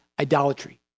idolatry